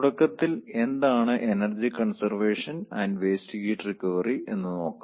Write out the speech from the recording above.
തുടക്കത്തിൽ എന്താണ് energy conservation and waste heat recovery എന്ന് നോക്കാം